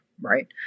right